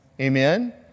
Amen